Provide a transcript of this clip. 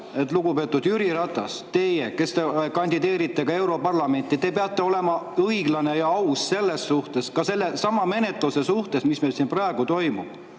lugupeetud Jüri Ratas, teie, kes te kandideerite europarlamenti: te peate olema selles suhtes õiglane ja aus, ka sellesama menetluse suhtes, mis meil siin praegu toimub.